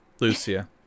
Lucia